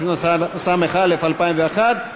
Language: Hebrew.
התשס"א 2001,